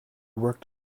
worked